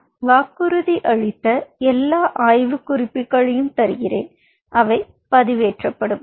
நான் வாக்குறுதியளித்த எல்லா ஆய்வு குறிப்புகளையும் தருகிறேன் அவை பதிவேற்றப்படும்